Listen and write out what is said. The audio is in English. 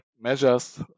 measures